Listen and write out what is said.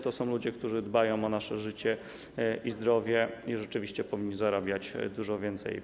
To są ludzie, którzy dbają o nasze życie i zdrowie i faktycznie powinni zarabiać dużo więcej.